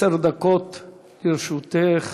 עשר דקות לרשותך.